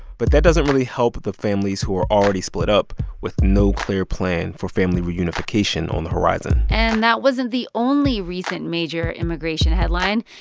but that doesn't really help the families who are already split up with no clear plan for family reunification on the horizon and that wasn't the only recent major immigration immigration headline.